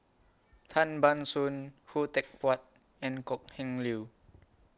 Tan Ban Soon Khoo Teck Puat and Kok Heng Leun